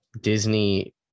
Disney